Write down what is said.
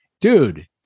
dude